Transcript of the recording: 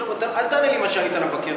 עכשיו, אל תענה לי מה שענית למבקר.